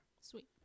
sweet